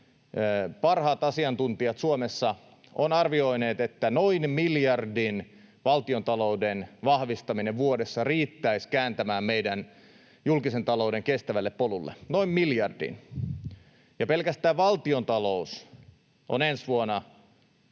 parhaat asiantuntijat Suomessa, on arvioinut, että noin miljardin valtiontalouden vahvistaminen vuodessa riittäisi kääntämään meidän julkisen talouden kestävälle polulle — noin miljardin — ja pelkästään valtiontalous on ensi vuonna